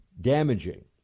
damaging